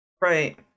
right